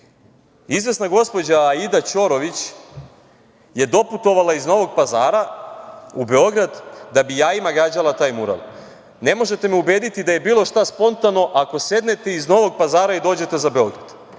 Izvesna gospođa Aida Ćorović je doputovala iz Novog Pazara u Beograd da bi jajima gađala taj mural. Ne možete me ubediti da je bilo šta spontano ako sednete iz Novog Pazara i dođete za Beograd.